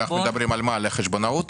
אנחנו מדברים על חשבונאות?